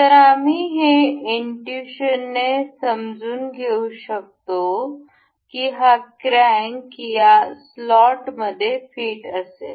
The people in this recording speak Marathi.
तर आम्ही हे इनट्युशनने समजून घेऊ शकतो की हा क्रॅंक या स्लॉटमध्ये फिट असेल